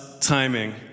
timing